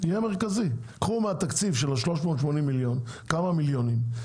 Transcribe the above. קחו כמה מיליונים מהתקציב של ה-380 מיליון ₪,